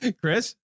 Chris